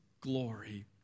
glory